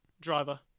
driver